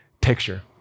picture